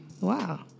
Wow